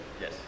Yes